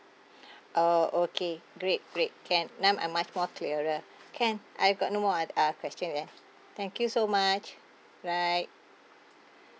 oh okay great great can now I'm much more clearer can I got no more uh uh question eh thank you so much right